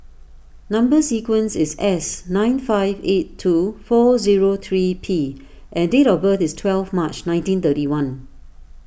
Number Sequence is S nine five eight two four zero three P and date of birth is twelve March nineteen thirty one